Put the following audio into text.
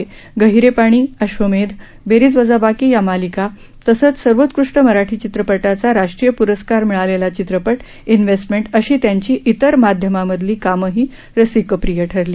गहीरे पाणी अश्वमेध बेरीज वजाबाकी या मालिका तसच सर्वोत्कृष्ट मराठी चित्रपटाचा राष्ट्रीय प्रस्कार मिळालेला चित्रपट इन्वेस्टमेन्ट अशी त्यांची इतर माध्यमामधली कामंही रसिकप्रिय ठरली